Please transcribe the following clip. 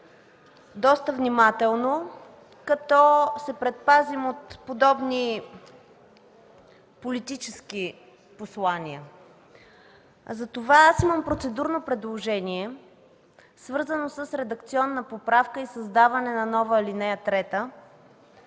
доста внимателно, като се предпазим от подобни политически послания. Затова аз имам процедурно предложение, свързано с редакционна поправка и създаване на нова ал. 3